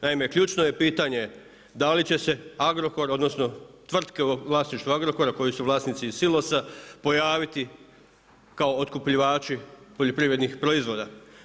Naime, ključno je pitanje da li će se Agrokor, odnosno tvrtke u vlasništvu Agrokora koji su vlasnici i silosa pojaviti kao otkupljivači poljoprivrednih proizvoda.